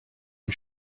une